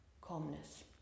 calmness